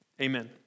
Amen